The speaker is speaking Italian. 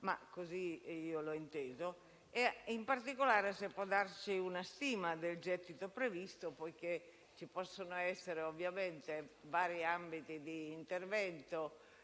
ma così io l'ho inteso. In particolare, le chiedo se può darci una stima del gettito previsto, poiché possono essere vari gli ambiti di intervento